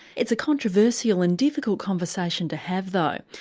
it's a controversial and difficult conversation to have, though.